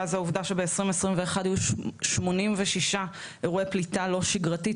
זה העובדה שב-2021 היו 86 אירועי פליטה לא שגרתית,